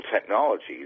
technologies